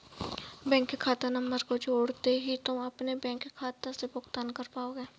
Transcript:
bank खाता number को जोड़ते ही तुम अपने बैंक खाते से भुगतान कर पाओगे